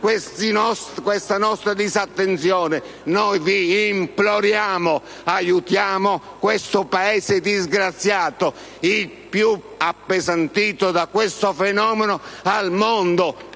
questa nostra disattenzione! Noi vi imploriamo: aiutiamo questo Paese disgraziato, il più appesantito da questo fenomeno al mondo!